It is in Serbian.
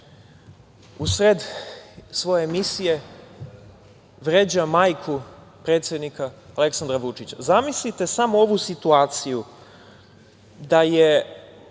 u sred svoje emisije vređa majku predsednika Aleksandra Vučića. Zamislite samo ovu situaciju da je